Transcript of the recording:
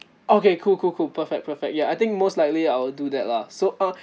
okay cool cool cool perfect perfect ya I think most likely I will do that lah so uh